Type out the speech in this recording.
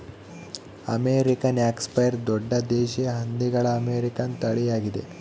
American Yorkshire ದೊಡ್ಡ ದೇಶೀಯ ಹಂದಿಗಳ ಅಮೇರಿಕನ್ ತಳಿಯಾಗಿದೆ